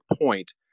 point